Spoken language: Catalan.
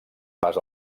pas